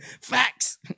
Facts